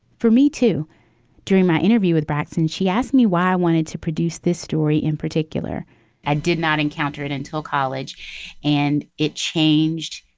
for me, too during my interview with braxton, she asked me why i wanted to produce this story in particular i did not encounter it until college and it changed.